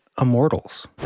immortals